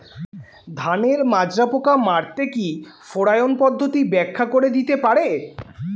ধানের মাজরা পোকা মারতে কি ফেরোয়ান পদ্ধতি ব্যাখ্যা করে দিতে পারে?